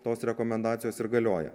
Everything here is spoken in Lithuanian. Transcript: tos rekomendacijos ir galioja